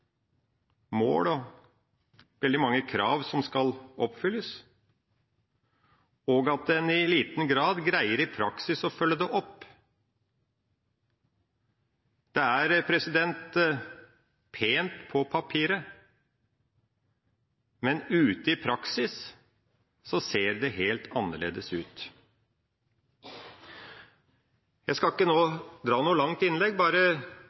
mål og veldig mange krav som skal oppfylles, og at en i praksis i liten grad greier å følge det opp. Det er pent på papiret, men i praksis ser det helt annerledes ut. Jeg skal ikke holde noe langt innlegg, bare